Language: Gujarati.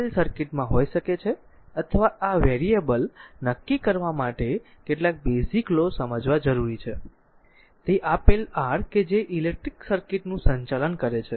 આપેલ સર્કિટમાં હોઈ શકે છે અથવા આ વેરિયેબલ નક્કી કરવા માટે કેટલાક બેઝીક લો સમજવા જરૂરી છે તે આપેલ r કે જે ઇલેક્ટ્રિક સર્કિટનું સંચાલન કરે છે